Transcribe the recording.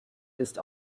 ist